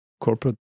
corporate